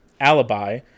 Alibi